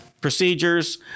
procedures